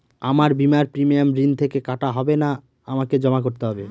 আমার বিমার প্রিমিয়াম ঋণ থেকে কাটা হবে না আমাকে জমা করতে হবে?